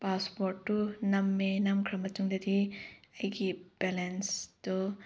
ꯄꯥꯁꯋꯥꯔ꯭ꯗꯇꯨ ꯅꯝꯃꯦ ꯅꯝꯈ꯭ꯔꯕ ꯃꯇꯨꯡꯗꯗꯤ ꯑꯩꯒꯤ ꯕꯦꯂꯦꯟꯁꯇꯨ